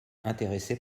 intéressés